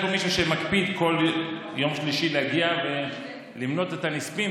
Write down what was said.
יש פה מישהו שמקפיד בכל יום שלישי להגיע ולמנות את הנספים,